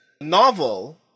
novel